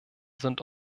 sind